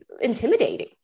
intimidating